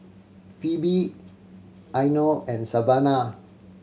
Phebe Eino and Savanah